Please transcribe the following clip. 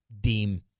deem